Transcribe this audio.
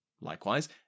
Likewise